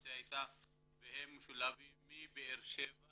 הם משולבים מבאר-שבע